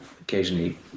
occasionally